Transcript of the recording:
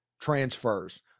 transfers